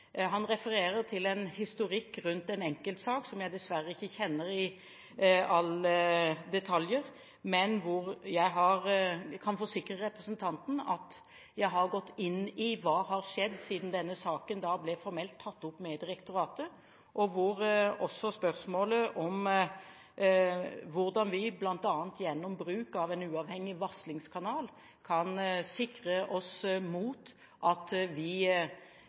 Han refererer til en historikk rundt en enkeltsak som jeg dessverre ikke kjenner i alle detaljer, men jeg kan forsikre representanten om at jeg har gått inn i det som har skjedd siden denne saken formelt ble tatt opp med direktoratet. Da ble også spørsmålet om hvordan vi, bl.a. gjennom bruk av en uavhengig varslingskanal, kan sikre oss mot at vi